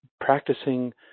practicing